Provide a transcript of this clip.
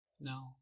No